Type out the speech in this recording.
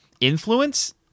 influence